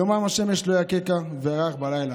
יומם השמש לא יככה וירח בלילה.